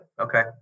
Okay